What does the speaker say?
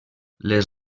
les